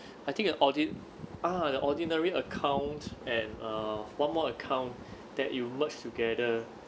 I think the ordi~ ah the ordinary account and err one more account that you merge together